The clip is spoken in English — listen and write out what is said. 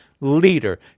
leader